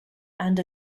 and